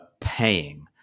paying